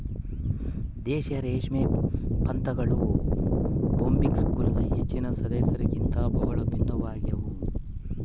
ದೇಶೀಯ ರೇಷ್ಮೆ ಪತಂಗಗಳು ಬೊಂಬಿಕ್ಸ್ ಕುಲದ ಹೆಚ್ಚಿನ ಸದಸ್ಯರಿಗಿಂತ ಬಹಳ ಭಿನ್ನವಾಗ್ಯವ